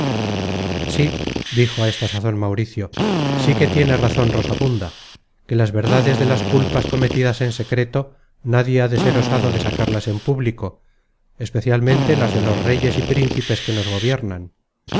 sí dijo a esta sazon mauricio sí que tiene razon rosamunda que las verdades de las culpas cometidas en secreto nadie ha de ser osado de sacarlas en público especialmente las de los reyes y príncipes que nos gobiernan